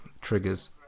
Triggers